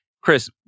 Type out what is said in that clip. Chris